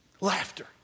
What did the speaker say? Laughter